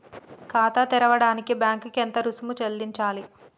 ఖాతా తెరవడానికి బ్యాంక్ కి ఎంత రుసుము చెల్లించాలి?